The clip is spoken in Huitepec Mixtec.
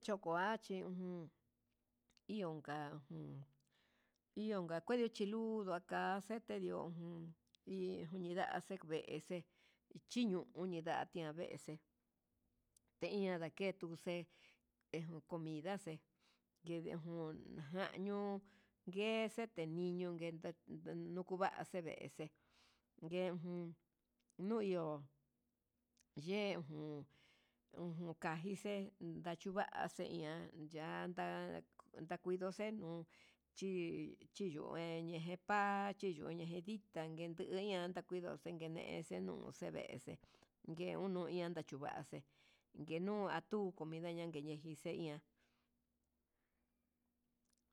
Chiokuachi ujun niunka jun ihoga kuedii chiluu udua ka'a xete, iho jun hi xinda'a xeve'exe chiñuu uñindatia vexe, te'e iña ndake tuxe'e he uun comida xe'e xhibdejun njanió, nguexete niñon ngue ndakuu nukuvaxe, ndese guee jun nu iho xhejun kajixe'e ndangua xe ihan yanda ndaku ngue xenuu, chí chiyungueñe yepa'a cheyuña jendii ditan njuña'a, ndakuido kenex kenuu xevexe ngue uñu nguia anda chuu va'axe nguenuu atu'u comidaña yenenji xeian.